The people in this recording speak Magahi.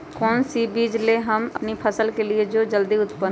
कौन सी बीज ले हम अपनी फसल के लिए जो जल्दी उत्पन हो?